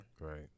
Right